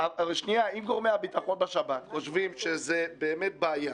אם גורמי הביטחון בשב"כ חושבים שזה באמת בעיה